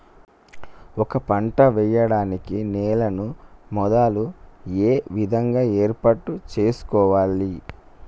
ఒక పంట వెయ్యడానికి నేలను మొదలు ఏ విధంగా ఏర్పాటు చేసుకోవాలి?